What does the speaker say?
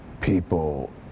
people